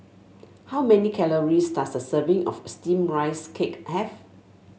how many calories does a serving of steamed Rice Cake have